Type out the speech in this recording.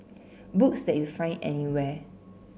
books that you find anywhere